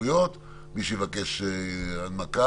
ההסתייגות שלי באה כדי לתת זמן לממשלה לחשוב שוב על גובה הקנס.